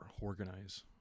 organize